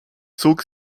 zog